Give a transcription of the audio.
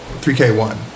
3k1